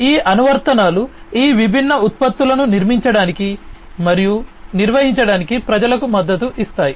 ఈ అనువర్తనాలు ఈ విభిన్న ఉత్పత్తులను నిర్మించడానికి మరియు నిర్వహించడానికి ప్రజలకు మద్దతు ఇస్తాయి